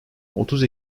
otuz